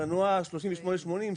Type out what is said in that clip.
רנואר 38.80,